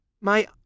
My